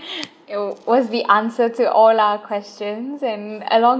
it was the answer to all our questions and along